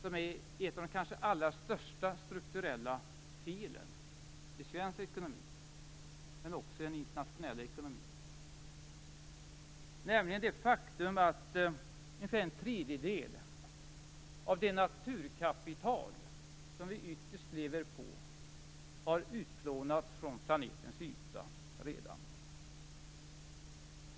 Det är ett av de kanske allra största strukturella felen i svensk ekonomi, men också i den internationella ekonomin, nämligen det faktum att ungefär en tredjedel av det naturkapital som vi ytterst lever på redan har utplånats från planetens yta.